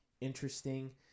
interesting